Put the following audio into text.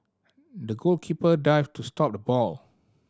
the goalkeeper dived to stop the ball